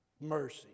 mercy